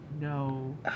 No